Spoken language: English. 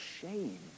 shame